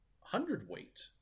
hundredweight